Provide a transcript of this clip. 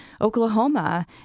Oklahoma